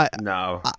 No